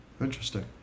Interesting